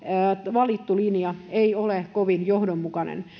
valittu linja ei ole kovin johdonmukainen